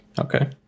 Okay